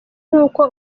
nk’uko